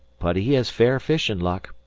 but he has fair fishin' luck.